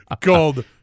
called